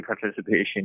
participation